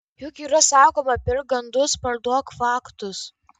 juk yra sakoma pirk gandus parduok faktus